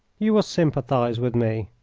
you will sympathise with me.